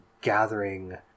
gathering